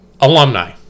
alumni